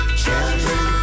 children